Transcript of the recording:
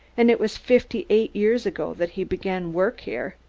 and it was fifty-eight years ago that he began work here.